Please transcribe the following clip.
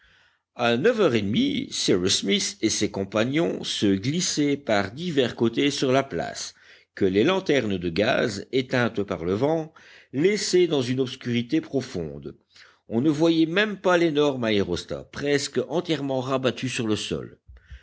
à neuf heures et demie cyrus smith et ses compagnons se glissaient par divers côtés sur la place que les lanternes de gaz éteintes par le vent laissaient dans une obscurité profonde on ne voyait même pas l'énorme aérostat presque entièrement rabattu sur le sol